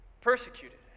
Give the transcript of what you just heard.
persecuted